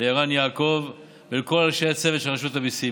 ערן יעקב ולכל אנשי הצוות של רשות המיסים.